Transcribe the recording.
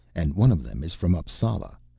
and one of them is from appsala,